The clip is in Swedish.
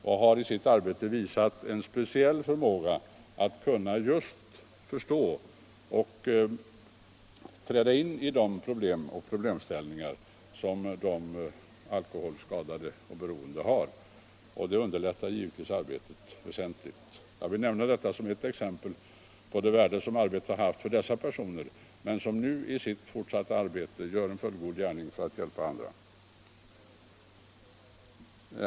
De har i sitt arbete visat en speciell förmåga att förstå och tränga in i de problem som de alkoholskadade och alkoholberoende har, och det underlättar givetvis arbetet väsentligt. Jag vill nämna detta som ett exempel på det värde som erfarenheterna har haft för dessa personer, vilka nu i sitt fortsatta arbete utför en så god gärning för att hjälpa andra.